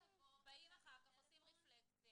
באים אחר כך, עושים רפלקציה.